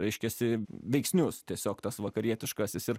reiškiasi veiksnius tiesiog tas vakarietiškasis ir